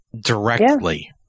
directly